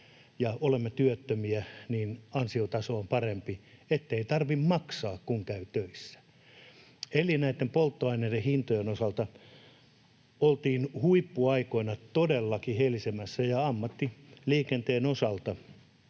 ja olemme työttömiä, niin ansiotaso on parempi, ettei tarvitse maksaa, kun käy töissä. Eli näitten polttoaineiden hintojen osalta oltiin huippuaikoina todellakin helisemässä, ja ammattiliikenteen osalta